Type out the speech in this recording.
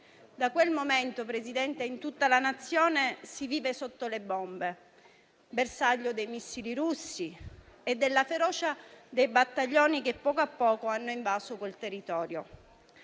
Da quel momento, Presidente, in tutta la Nazione si vive sotto le bombe, bersaglio dei missili russi e della ferocia dei battaglioni, che poco a poco hanno invaso quel territorio.